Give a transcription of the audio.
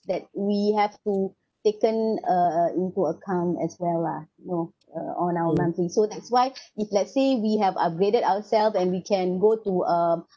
that we have to taken uh uh into account as well lah you know uh on our monthly so that's why if let's say we have upgraded ourself and we can go to um